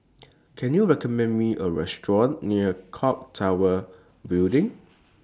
Can YOU recommend Me A Restaurant near Clock Tower Building